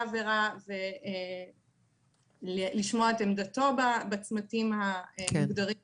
העבירה ולשמוע את עמדתו בצמתים המוגדרים פה.